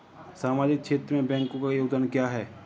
सामाजिक क्षेत्र में बैंकों का योगदान क्या है?